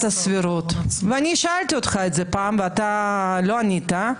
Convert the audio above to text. הסבירות ושאלתי אותך את זה פעם ולא השבת.